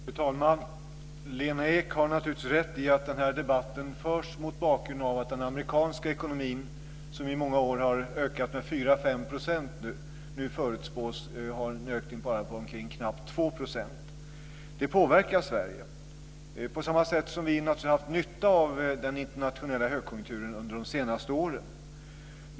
Fru talman! Lena Ek har naturligtvis rätt i att den här debatten förs mot bakgrund av att den amerikanska ekonomin, som i många år har ökat med 4-5 %, nu förutspås få en ökning om bara knappt 2 %. Detta påverkar Sverige. På motsvarande sätt har vi naturligtvis haft nytta av den internationella högkonjunkturen under de senaste åren.